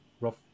Rough